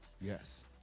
Yes